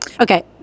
Okay